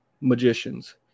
magicians